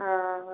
ହଁ